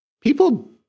People